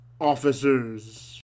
officers